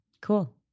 cool